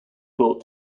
built